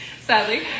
Sadly